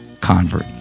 convert